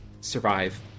survive